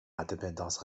indépendance